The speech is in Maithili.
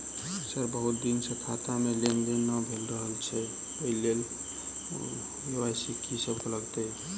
सर बहुत दिन सऽ खाता मे लेनदेन नै भऽ रहल छैय ओई लेल के.वाई.सी मे की सब लागति ई?